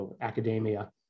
academia